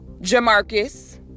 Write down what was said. Jamarcus